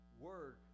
word